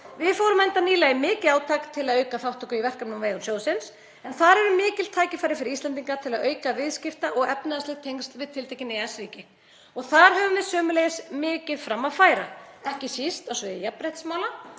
Við fórum enda nýlega í mikið átak til að auka þátttöku í verkefnum á vegum sjóðsins en þar eru mikil tækifæri fyrir Íslendinga til að auka viðskiptaleg og efnahagsleg tengsl við tiltekin EES-ríki. Þar höfum við sömuleiðis mikið fram að færa, ekki síst á sviði jafnréttismála